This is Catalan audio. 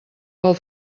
pel